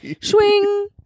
Swing